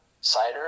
cider